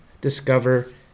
discover